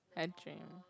edging